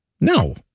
No